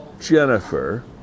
Jennifer